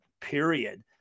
period